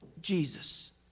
Jesus